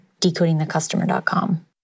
decodingthecustomer.com